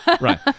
Right